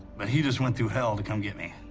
but he just went through hell to come get me.